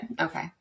Okay